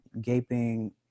gaping